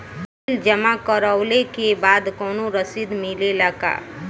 Bill जमा करवले के बाद कौनो रसिद मिले ला का?